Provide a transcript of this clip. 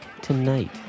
tonight